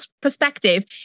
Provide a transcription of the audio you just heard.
perspective